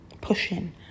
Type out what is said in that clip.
pushing